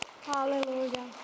hallelujah